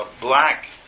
black